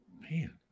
Man